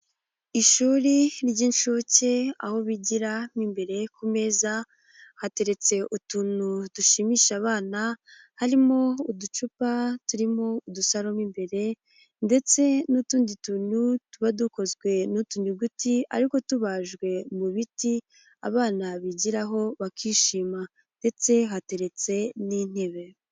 Ishuri ry'inshuke aho bigira mo imbere ku meza hateretse utuntu dushimisha abana, harimo uducupa turimo udusaro mo imbere, ndetse n'utundi tuntu tuba dukozwe n'utuyuguti ariko tubajwe mu biti abana bigiraho bakishima ndetse hateretse n'intebe.